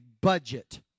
budget